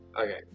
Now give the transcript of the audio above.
Okay